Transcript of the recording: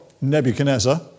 Nebuchadnezzar